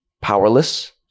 Powerless